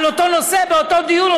על אותו נושא ובאותו דיון,